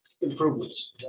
improvements